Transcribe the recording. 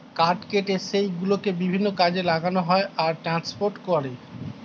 কাঠ কেটে সেই গুলোকে বিভিন্ন কাজে লাগানো হয় আর ট্রান্সপোর্ট করে